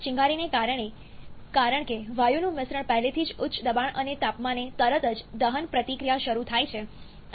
ચિનગારીને કારણે કારણ કે વાયુનું મિશ્રણ પહેલેથી જ ઉચ્ચ દબાણ અને તાપમાને તરત જ દહન પ્રતિક્રિયા શરૂ થાય છે